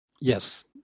Yes